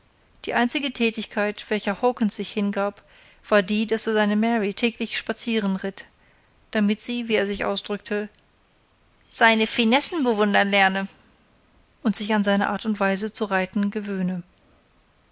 die einzige tätigkeit welcher hawkens sich hingab war die daß er seine mary täglich spazieren ritt damit sie wie er sich ausdrückte seine finessen bewundern lerne und sich an seine art und weise zu reiten gewöhne